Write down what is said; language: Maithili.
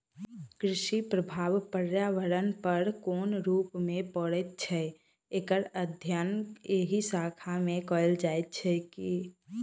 कृषिक प्रभाव पर्यावरण पर कोन रूप मे पड़ैत छै, एकर अध्ययन एहि शाखा मे कयल जाइत छै